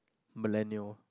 millennial